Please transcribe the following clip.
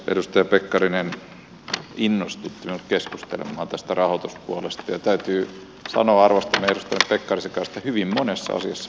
edustaja pekkarinen innostutti minut keskustelemaan tästä rahoituspuolesta ja täytyy sanoa että arvostamani edustaja pekkarisen kanssa hyvin monesta asiasta olen samaa mieltä